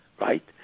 right